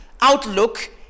outlook